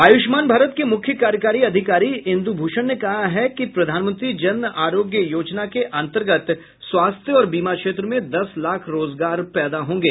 आयुष्मान भारत के मुख्य कार्यकारी अधिकारी इन्दूभूषण ने कहा है कि प्रधानमंत्री जन आरोग्य योजना के अंतर्गत स्वास्थ्य और बीमा क्षेत्र में दस लाख रोजगार पैदा होंगे